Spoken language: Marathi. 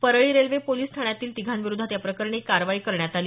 परळी रेल्वे पोलिस ठाण्यातील तिघांविरोधात या प्रकरणी कारवाई करण्यात आली